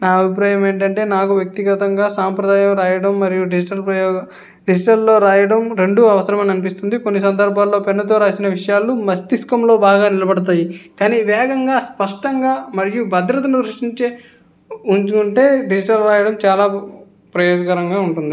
నా అభిప్రాయం ఏంటంటే నాకు వ్యక్తిగతంగా సాంప్రదాయం వ్రాయడం మరియు డిజిటల్ ప్రయోగ డిజిటల్ల్లో వ్రాయడం రెండు అవసరమని అనిపిస్తుంది కొన్ని సందర్భాల్లో పెన్నుతో వ్రాసిన విషయాలు మస్తిష్కంలో బాగా నిలబడతాయి కానీ వేగంగా స్పష్టంగా మరియు భద్రతను దృష్టించే ఉంచుకుంటే డిజిటల్ వ్రాయడం చాలా ప్రయోజకరంగా ఉంటుంది